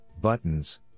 buttons